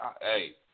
hey